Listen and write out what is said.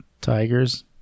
Tigers